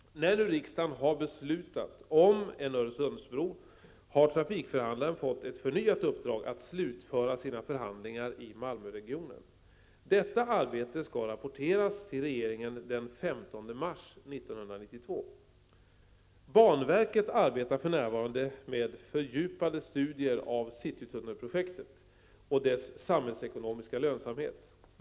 När nu riksdagen beslutat om en Öresundsbro har trafikförhandlaren fått ett förnyat uppdrag att slutföra sina förhandlingar i Malmöregionen. Detta arbete skall rapporteras till regeringen den 15 mars 1992. Banverket arbetar för närvarande med fördjupade studier av citytunnelprojeket och dess samhällsekonomiska lönsamhet.